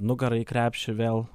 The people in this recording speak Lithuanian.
nugara į krepšį vėl